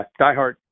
diehard